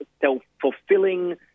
self-fulfilling